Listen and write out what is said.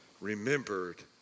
remembered